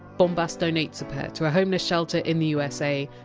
bombas donates a pair to a homeless shelter in the usa,